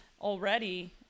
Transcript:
already